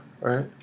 right